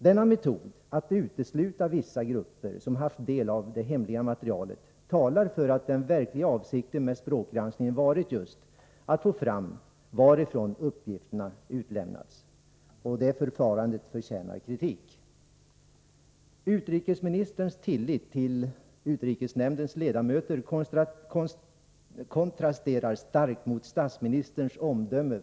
Denna metod, att utesluta vissa grupper som tagit del av det hemliga materialet, talar för att den verkliga avsikten med språkgranskningen just varit att få fram varifrån uppgifterna utlämnats, och det förfarandet förtjänar kritik. Utrikesministerns tillit till utrikesnämndens ledamöter kontrasterar starkt mot statsministerns omdöme.